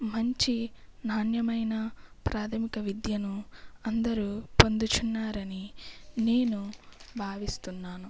మంచి నాణ్యమైన ప్రాథమిక విద్యను అందరూ పొందుచున్నారని నేను భావిస్తున్నాను